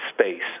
space